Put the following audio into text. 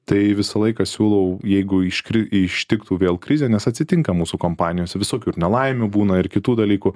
tai visą laiką siūlau jeigu iškri ištiktų vėl krizė nes atsitinka mūsų kompanijose visokių ir nelaimių būna ir kitų dalykų